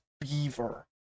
beaver